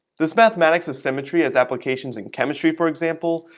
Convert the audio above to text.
this mathematics of symmetry as applications in chemistry, for example,